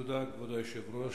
תודה, כבוד היושב-ראש.